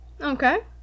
Okay